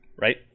right